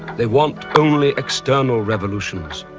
they want only external revolutions.